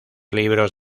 libros